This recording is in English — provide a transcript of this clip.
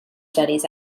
studies